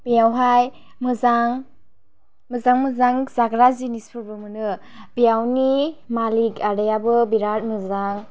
बेयावहाय मोजां मोजां मोजां जाग्रा जिनिसफोरबो मोनो बेयावनि मालिक आदायाबो बिराथ मोजां